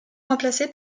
remplacé